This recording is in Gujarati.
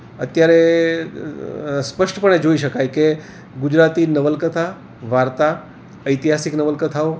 અત્યારે સ્પષ્ટપણે જોઈ શકાય કે ગુજરાતી નવલકથા વાર્તા ઐતિહાસિક નવલકથાઓ